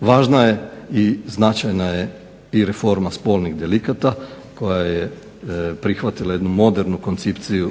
Važna je i značajna je i reforma spolnih delikata koja je prihvatila jednu modernu